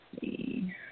see